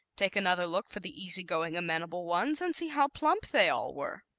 take another look for the easy-going amenable ones, and see how plump they all were!